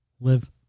live